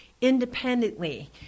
independently